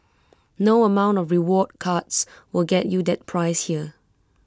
no amount of rewards cards will get you that price here